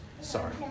Sorry